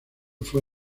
fue